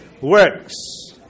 works